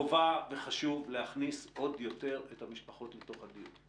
חובה וחשוב להכניס עוד יותר את המשפחות לתוך הדיון.